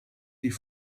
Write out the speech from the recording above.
die